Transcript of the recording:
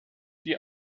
die